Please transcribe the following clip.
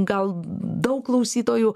gal daug klausytojų